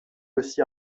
aussi